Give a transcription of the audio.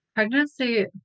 Pregnancy